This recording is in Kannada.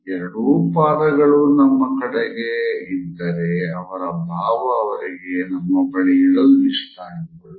ಎರಡೂ ಪಾದಗಳು ನಮ್ಮ ಕಡೆಗೆ ಇದ್ದರೇ ಅದರ ಭಾವ ಅವರಿಗೆ ನಮ್ಮ ಬಳಿ ಇರಲು ಇಷ್ಟ ಎಂಬುದು